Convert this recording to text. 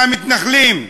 מהמתנחלים.